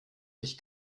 ich